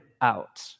out